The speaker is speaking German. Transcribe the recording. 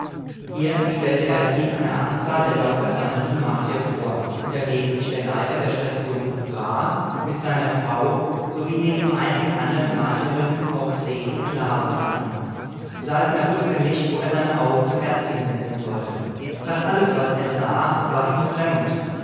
hier stellte er ihn einer anzahl der dort versammelten martier vor unter denen sich der leiter der station ra mit seiner frau sowie neben einigen andern martierinnen auch se und la befanden saltner wußte nicht wo er seine augen zuerst hinwenden sollte fast alles was er sah war ihm fremd